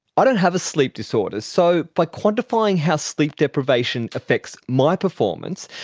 i don't have a sleep disorder, so by quantifying how sleep deprivation affects my performance,